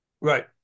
Right